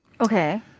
Okay